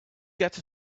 get